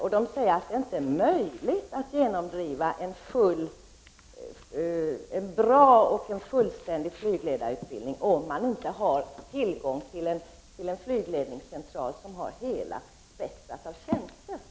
Man säger där att det inte är möjligt att genomdriva en bra och fullständig flygledarutbildning, om man inte har tillgång till en flygledningscentral som har hela spektrumet av tjänster.